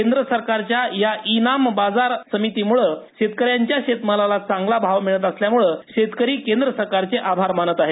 केंद्र सरकारच्या या ई नाम बाजार समितीमुळे शेतकऱ्यांच्या शेतीमालाला चांगला भाव मिळत असल्यामुळे शेतकरी केंद्र सरकारचे आभार मानत आहेत